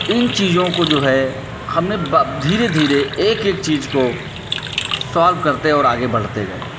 इन चीज़ों को जो है हमने बा धीरे धीरे एक एक चीज़ को सॉल्व करते और आगे बढ़ते गए